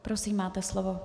Prosím, máte slovo.